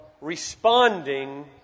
responding